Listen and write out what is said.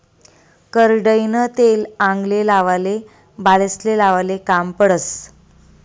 करडईनं तेल आंगले लावाले, बालेस्ले लावाले काम पडस